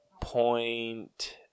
Point